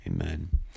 Amen